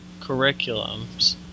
curriculums